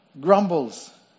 grumbles